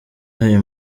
ayo